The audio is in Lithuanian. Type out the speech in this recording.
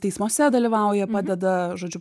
teismuose dalyvauja padeda žodžiu